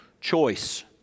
choice